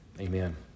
Amen